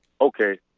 Okay